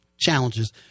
Challenges